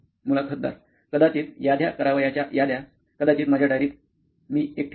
मुलाखतदार कदाचित याद्या करावयाच्या याद्या कदाचित माझ्या डायरीत कदाचित मी एक ठेवतो